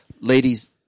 ladies